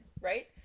right